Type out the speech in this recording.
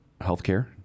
healthcare